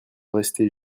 rester